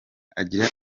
agira